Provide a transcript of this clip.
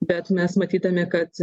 bet mes matydami kad